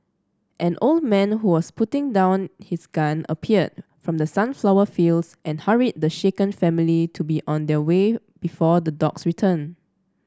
an old man who was putting down his gun appeared from the sunflower fields and hurried the shaken family to be on their way before the dogs return